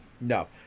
No